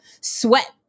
sweat